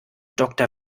doktor